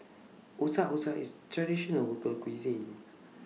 Otak Otak IS Traditional Local Cuisine